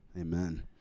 Amen